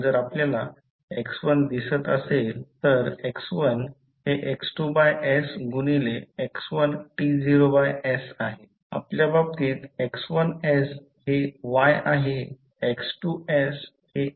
कारण जर आपल्याला x1 दिसत असेल तर x1 हे x2 बाय s गुणिले x1 t0 बाय s आहे आपल्या बाबतीत x1s हे y आहे x2s हे sy आहे